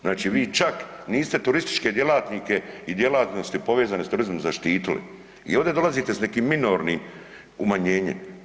Znači vi čak niste turističke djelatnike i djelatnosti povezane s turizmom zaštitili i ovde dolazite s nekim minornim umanjenjem.